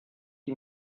die